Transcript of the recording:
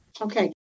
Okay